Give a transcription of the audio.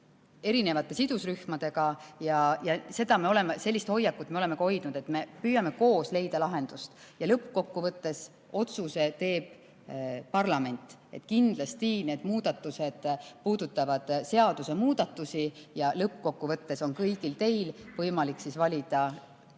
erinevate sidusrühmadega. Sellist hoiakut me oleme ka hoidnud, et me püüame koos leida lahendust. Ja lõppkokkuvõttes otsuse teeb parlament. Kindlasti need muudatused [eeldavad] seadusemuudatusi ja lõppkokkuvõttes on kõigil teil võimalik valida